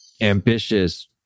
ambitious